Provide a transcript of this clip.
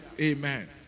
Amen